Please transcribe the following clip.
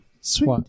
Sweet